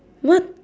what